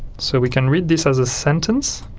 so we can read this as a sentence